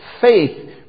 Faith